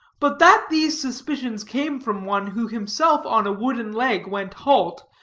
but that these suspicions came from one who himself on a wooden leg went halt,